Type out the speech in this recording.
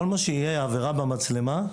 כל מה שיהיה עבירה במצלמה,